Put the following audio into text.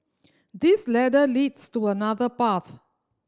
this ladder leads to another path